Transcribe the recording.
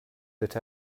that